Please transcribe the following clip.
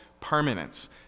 permanence